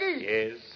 Yes